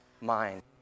mind